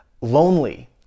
lonely